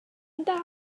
raglen